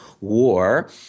War